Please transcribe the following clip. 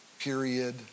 period